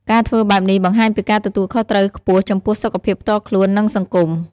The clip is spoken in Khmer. ការធ្វើបែបនេះ បង្ហាញពីការទទួលខុសត្រូវខ្ពស់ចំពោះសុខភាពផ្ទាល់ខ្លួន និងសង្គម។